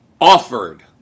offered